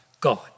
God